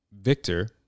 Victor